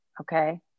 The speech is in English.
Okay